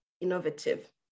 innovative